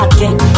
Again